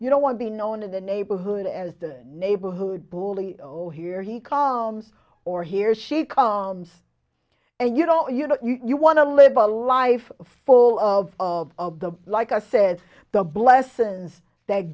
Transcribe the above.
you don't want to be known in the neighborhood as the neighborhood bully oh here he comes or here she comes and you know you know you want to live a life full of of of the like i said the blessings that